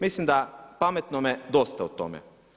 Mislim da pametnome dosta o tome.